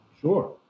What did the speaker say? Sure